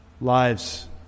lives